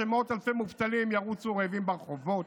שמאות אלפי מובטלים ירוצו רעבים ברחובות?